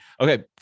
okay